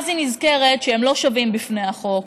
אז היא נזכרת שהם לא שווים בפני החוק,